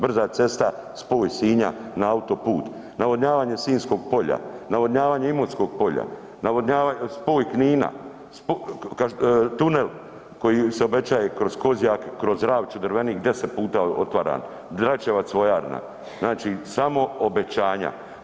Brza cesta spoj Sinja na autoput, navodnjavanje Sinjskog polja, navodnjavanje Imotskog polja, spoj Knina, tunel koji se obećaje kroz Kozjak, kroz Ravče-Drvenik 10 puta otvaran, Dračevac vojarna, znači samo obećanja.